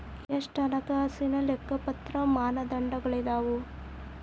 ಎಷ್ಟ ಹಣಕಾಸಿನ್ ಲೆಕ್ಕಪತ್ರ ಮಾನದಂಡಗಳದಾವು?